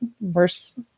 worse